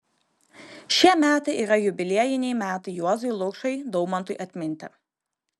šie metai yra jubiliejiniai metai juozui lukšai daumantui atminti